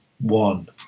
one